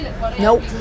Nope